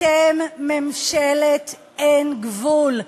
אתם ממשלת אין גבול: